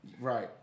Right